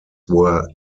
were